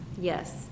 yes